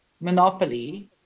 monopoly